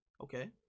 Okay